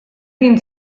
egin